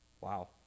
wow